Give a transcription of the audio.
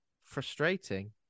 frustrating